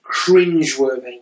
cringeworthy